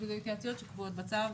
שזה התייעצויות שקבועות בצו,